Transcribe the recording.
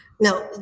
Now